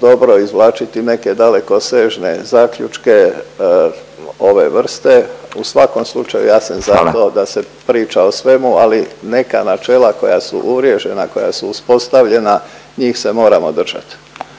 dobro, izvlačiti neke dalekosežne zaključke ove vrste. U svakom slučaju… …/Upadica Radin: Hvala./… …ja sam za to da se priča o svemu, ali neka načela koja su uvriježena, koja su uspostavljena, njih se moramo držat.